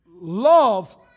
love